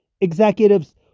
executives